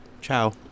Ciao